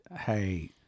hey